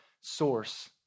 source